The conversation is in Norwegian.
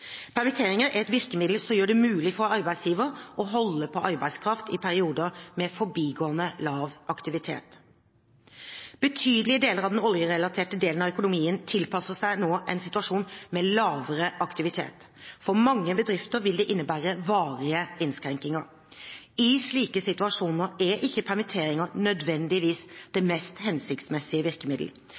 Permitteringer er et virkemiddel som gjør det mulig for arbeidsgiver å holde på arbeidskraft i perioder med forbigående lav aktivitet. Betydelige deler av den oljerelaterte delen av økonomien tilpasser seg nå en situasjon med lavere aktivitet. For mange bedrifter vil det innebære varige innskrenkinger. I slike situasjoner er ikke permitteringer nødvendigvis det mest hensiktsmessige virkemiddel.